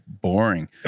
boring